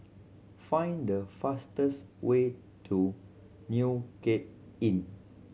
find the fastest way to New Cape Inn